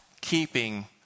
keeping